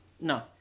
No